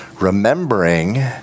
remembering